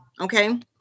Okay